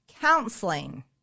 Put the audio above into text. Counseling